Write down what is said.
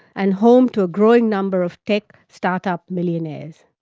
and home to a growing number of tech start-up millionaires.